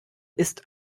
ist